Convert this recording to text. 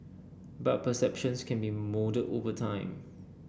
but perceptions can be moulded over time